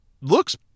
looks